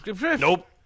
Nope